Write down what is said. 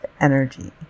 energy